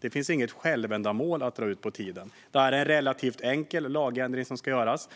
Det finns inget självändamål att dra ut på tiden, och här är det en relativt enkel lagändring som ska göras.